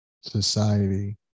society